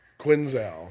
Quinzel